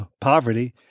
poverty